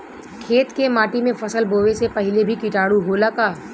खेत के माटी मे फसल बोवे से पहिले भी किटाणु होला का?